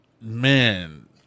Man